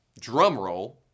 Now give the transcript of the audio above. drumroll